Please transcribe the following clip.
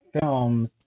films